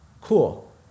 Cool